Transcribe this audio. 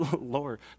Lord